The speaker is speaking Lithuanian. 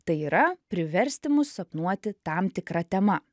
tai yra priversti mus sapnuoti tam tikra tema